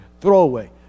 throwaway